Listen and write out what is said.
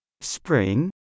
Spring